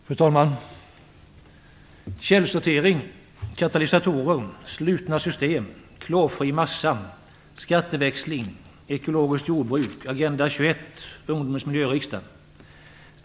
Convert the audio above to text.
Fru talman! Källsortering, katalysatorer, slutna system, klorfri massa, skatteväxling, ekologiskt jordbruk, Agenda 21, ungdomens miljöriksdag.